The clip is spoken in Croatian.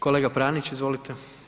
Kolega Pranić, izvolite.